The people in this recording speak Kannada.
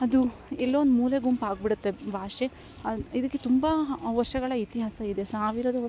ಅದು ಎಲ್ಲೋ ಒಂದು ಮೂಲೆ ಗುಂಪು ಆಗಿಬಿಡುತ್ತೆ ಭಾಷೆ ಅದು ಇದಕ್ಕೆ ತುಂಬ ವರ್ಷಗಳ ಇತಿಹಾಸ ಇದೆ ಸಾವಿರದ ವರ್ಷ